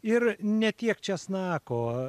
ir ne tiek česnako